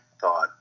thought